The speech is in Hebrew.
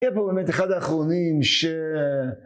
יהיה פה באמת אחד האחרונים ש...